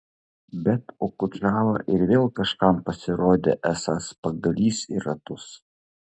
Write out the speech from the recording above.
bet okudžava ir vėl kažkam pasirodė esąs pagalys į ratus